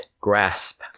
grasp